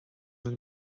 and